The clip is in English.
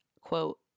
quote